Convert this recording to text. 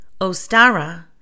Ostara